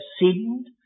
sinned